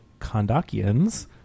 Kondakians